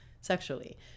sexually